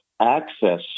access